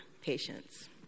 patients